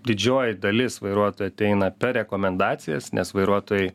didžioji dalis vairuotojų ateina per rekomendacijas nes vairuotojai